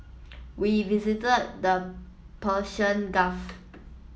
we visited the Persian Gulf